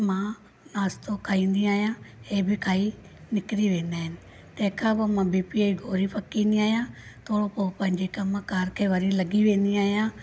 मां नाश्तो खाईंदी आहियां हे बि खाई निकिरी वेंदा आहिनि तंहिंखां पोइ मां बीपीअ गोली फक़िंदी आहियां थोरो पोइ पंहिंजे कमकारु खे वरी लॻी वेंदी आहियां